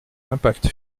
l’impact